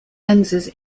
lenses